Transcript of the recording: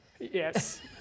Yes